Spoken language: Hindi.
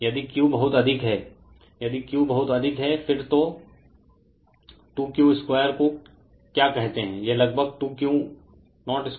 यदि Q बहुत अधिक है यदि Q बहुत अधिक है फिर तो 2 Q02 को क्या कहते हैं यह लगभग 2 Q02 हैं